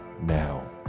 now